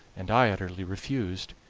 and i utterly refused,